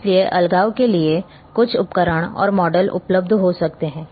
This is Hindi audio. इसलिए अलगाव के लिए कुछ उपकरण और मॉडल उपलब्ध हो सकते हैं